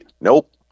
Nope